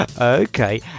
Okay